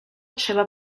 trzeba